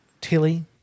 Tilly